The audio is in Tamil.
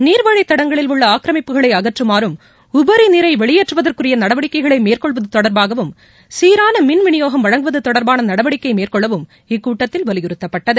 நீர்வழித் தடங்களில் உள்ள ஆக்கிரமிப்புகளை அகற்றுமாறும் உபரிநீரை வெளியேற்றுவதற்குரிய நடவடிக்கைகளை மேற்கொள்வது தொடர்பாகவும் சீரான மின் விநியோகம் வழங்குவது தொடர்பான நடவடிக்கை மேற்கொள்ளவும் இக்கூட்டத்தில் வலியுறுத்தப்பட்டது